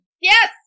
Yes